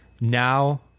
Now